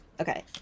Okay